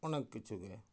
ᱚᱱᱮᱠ ᱠᱤᱪᱷᱩ ᱜᱮ